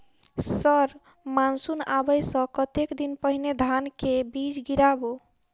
Sir monsoon आबै सऽ कतेक दिन पहिने धान केँ बीज गिराबू?